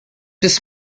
bis